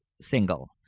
single